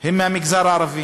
הם מהמגזר הערבי,